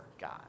God